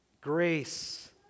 grace